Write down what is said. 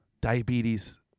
Diabetes